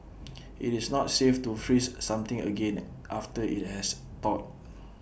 IT is not safe to freeze something again after IT has thawed